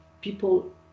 people